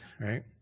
right